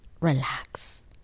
relax